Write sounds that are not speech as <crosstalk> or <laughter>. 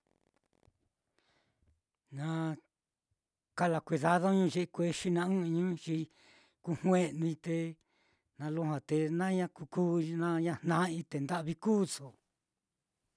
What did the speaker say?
<noise> na kala kuedadoñu ye ikuexi na ɨ́ɨ́n ɨ́ɨ́nñu xi kuu jue'nui, te na lujua te na kukuu na jna'ai te nda'vi kuuso.